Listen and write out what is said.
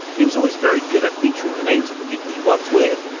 he was always very good at featuring the names of the people he worked with,